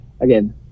again